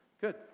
good